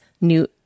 new